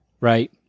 right